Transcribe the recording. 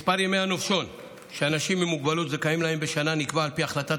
מספר ימי הנופשון שאנשים עם מוגבלות זכאים להם בשנה נקבע על פי החלטת